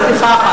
סליחה,